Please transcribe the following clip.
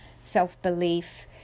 self-belief